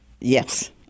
Yes